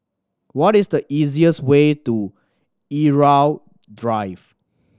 what is the easiest way to Irau Drive